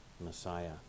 Messiah